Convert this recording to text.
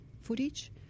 footage